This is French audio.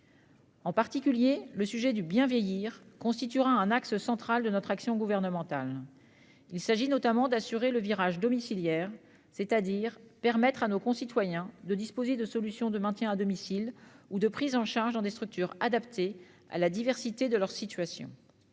En particulier, le sujet du bien vieillir constituera un axe central de notre action gouvernementale. Il s'agit notamment d'assurer le « virage domiciliaire », en permettant à nos concitoyens de disposer de solutions de maintien à domicile ou de prise en charge dans des structures adaptées à la diversité de leurs situations.